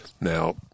Now